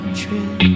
true